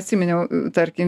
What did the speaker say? atsiminiau tarkim